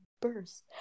burst